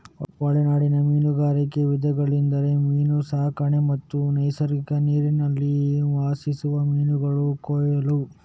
ಒಳನಾಡಿನ ಮೀನುಗಾರಿಕೆಯ ವಿಧಗಳೆಂದರೆ ಮೀನು ಸಾಕಣೆ ಮತ್ತು ನೈಸರ್ಗಿಕ ನೀರಿನಲ್ಲಿ ವಾಸಿಸುವ ಮೀನುಗಳ ಕೊಯ್ಲು